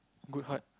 good heart